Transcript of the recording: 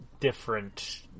different